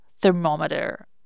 thermometer